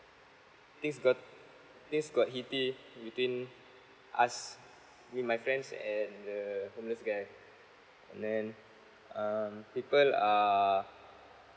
things got things got heaty between us with my friends and the homeless guy and then um people are